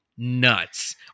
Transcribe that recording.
nuts